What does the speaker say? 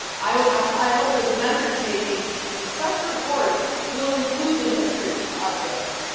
i hope as an undertaking that such report will include the history of this,